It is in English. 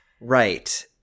Right